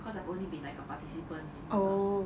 cause I've only been like a participant in all that